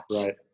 Right